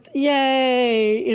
yay.